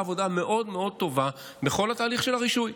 עבודה מאוד מאוד טובה בכל התהליך של הרישוי,